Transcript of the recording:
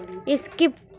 skip